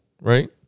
Right